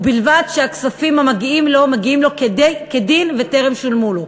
ובלבד שהכספים המגיעים לו מגיעים לו כדין וטרם שולמו לו.